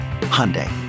Hyundai